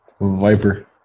Viper